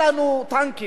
זה לא מה שאנחנו אומרים.